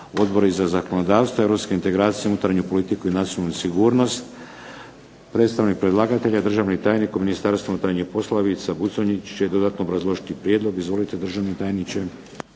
Odbori za zakonodavstvo, europske integracije, unutarnju politiku i nacionalnu sigurnost. Predstavnik predlagatelja državni tajnik u Ministarstvu unutarnjih poslova Ivica Buconjić će dodatno obrazložiti prijedlog. Izvolite državni tajniče.